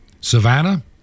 Savannah